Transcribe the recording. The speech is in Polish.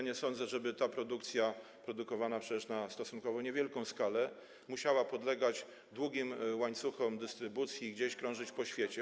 Nie sądzę, żeby te produkty, produkowane przecież na stosunkowo niewielką skalę, musiały podlegać długim łańcuchom dystrybucji i krążyć gdzieś po świecie.